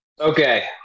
Okay